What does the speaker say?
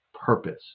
purpose